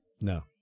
No